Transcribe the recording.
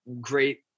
great